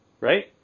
right